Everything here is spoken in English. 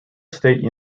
state